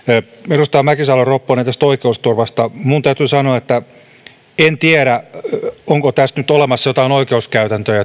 edustaja mäkisalo ropponen tästä oikeusturvasta minun täytyy sanoa että en tiedä onko tästä nyt olemassa joitakin oikeuskäytäntöjä